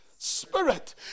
spirit